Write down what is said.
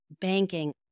banking